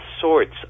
sorts